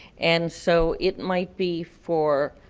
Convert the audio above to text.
and so it might be for